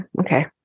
Okay